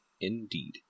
indeed